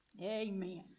Amen